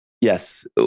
Yes